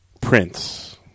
Prince